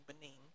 Benin